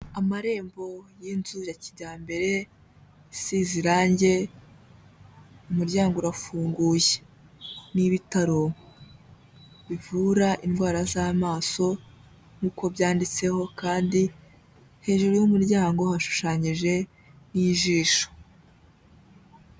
Amarembo y'inzu ya kijyambere isize irange, umuryango urafunguye, ni ibitaro bivura indwara z'amaso nk'uko byanditseho, kandi hejuru y'umuryango hashushanyije n'ijisho.